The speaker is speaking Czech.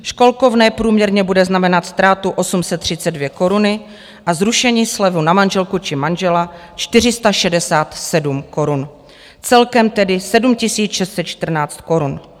Školkovné průměrně bude znamenat ztrátu 832 korun a zrušení slevy na manželku či manžela 467 korun, celkem tedy 7 614 korun.